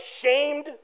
ashamed